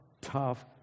tough